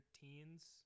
teens